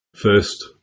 First